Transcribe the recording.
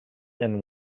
and